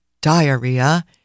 diarrhea